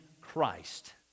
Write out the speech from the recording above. Christ